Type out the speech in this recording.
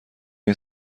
این